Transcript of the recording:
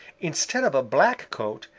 instead of a black coat,